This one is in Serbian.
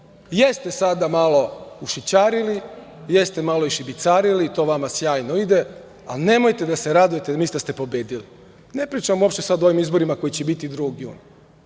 Jeste sada malo ušićarili, jeste malo i šibicarili, to vama sjajno ide, ali nemojte da se radujete da mislite da ste pobedili. Ne pričam sada uopšte o ovim izborima koji će biti 2.